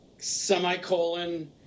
Semicolon